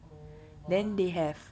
oh !wah!